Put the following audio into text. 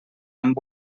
amb